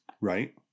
Right